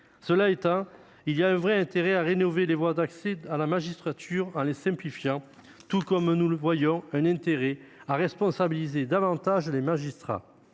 Cela étant, il y a un intérêt réel à rénover les voies d'accès à la magistrature en les simplifiant, tout comme nous voyons un intérêt à responsabiliser davantage les magistrats.